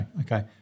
okay